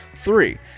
three